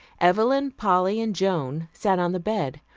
evelyn, polly and joan sat on the bed,